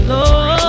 Lord